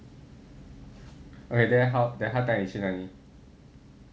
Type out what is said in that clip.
alright then how then 他带你去哪里